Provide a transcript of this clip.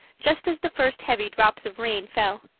just as the first heavy drops of rain fell.